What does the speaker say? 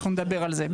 אנחנו נדבר על זה.